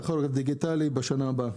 לטכוגרף דיגיטלי בשנה הבאה.